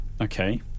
okay